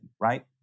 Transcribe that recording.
right